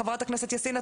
חברת הכנסת יאסין.